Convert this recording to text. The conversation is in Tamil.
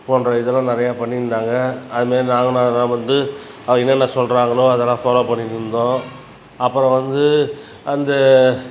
போன்ற இதல்லாம் நிறையா பண்ணியிருந்தாங்க அது மாரி நாங்களும் அதலாம் வந்து அது என்னென்ன சொல்கிறாங்களோ அதலாம் ஃபாலோ பண்ணிட்டிருந்தோம் அப்புறம் வந்து அந்த